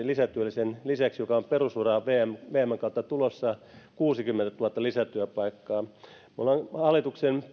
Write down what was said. lisätyöllisen lisäksi mikä on perusuraan vmn vmn kautta tulossa kuusikymmentätuhatta lisätyöpaikkaa me olemme hallituksen